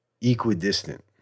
equidistant